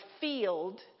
field